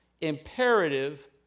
imperative